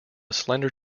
slender